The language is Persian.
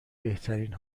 بهترین